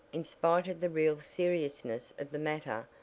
in spite of the real seriousness of the matter,